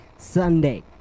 Sunday